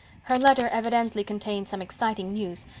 her letter evidently contained some exciting news,